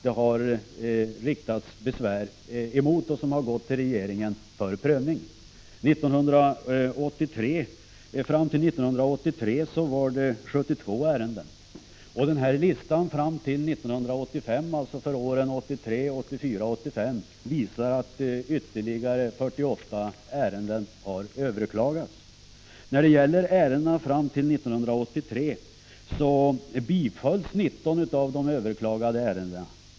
Dessa har sedan gått till regeringen för prövning. Fram till år 1983 var det 72 ärenden. Listan för åren 1983, 1984 och 1985 visar att ytterligare 48 ärenden har överklagats. Fram till 1983 bifölls 19 av de överklagade ärendena.